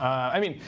i mean,